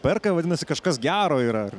perka vadinasi kažkas gero yra ar